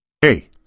Hey